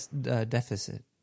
deficit